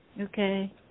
Okay